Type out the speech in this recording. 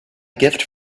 gift